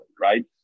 right